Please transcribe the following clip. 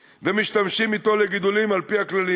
ומשתמשים בו לגידולים על-פי הכללים,